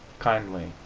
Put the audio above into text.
kindly,